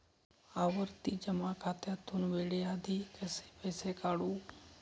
आवर्ती जमा खात्यातून वेळेआधी कसे पैसे काढू?